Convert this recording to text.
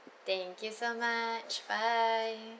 thank you so much bye